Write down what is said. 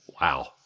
Wow